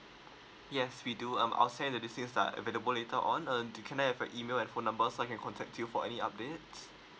yes we do um I'll send the details that are available later on um can I have your email and phone numbers so I can contact you for any updates